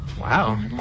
Wow